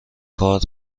کار